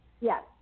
Yes